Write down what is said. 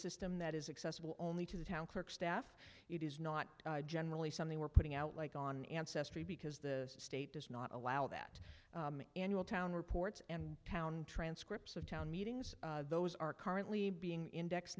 system that is accessible only to the town clerk staff it is not generally something we're putting out like on ancestry because the state does not allow that annual town reports and town transcripts of town meetings those are currently being index